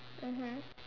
mmhmm